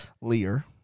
Lear